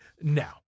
now